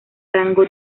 rango